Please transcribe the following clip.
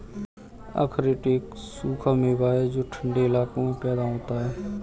अखरोट एक सूखा मेवा है जो ठन्डे इलाकों में पैदा होता है